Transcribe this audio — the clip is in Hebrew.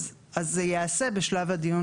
אז זה ייעשה בשלב הדיון